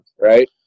right